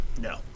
No